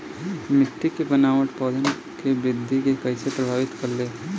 मिट्टी के बनावट पौधन के वृद्धि के कइसे प्रभावित करे ले?